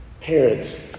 Parents